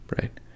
right